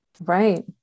Right